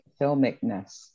filmicness